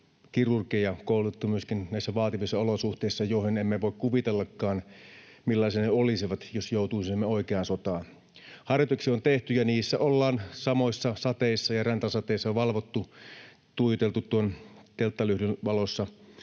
kirurgeja, koulutettu myöskin näissä vaativissa olosuhteissa, joista emme voi kuvitellakaan, millaisia ne olisivat, jos joutuisimme oikeaan sotaan. Harjoituksia on tehty, ja niissä ollaan samoissa sateissa ja räntäsateissa valvottu, tuijoteltu tuon telttalyhdyn valossa